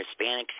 Hispanics